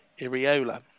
Iriola